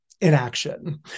inaction